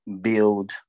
build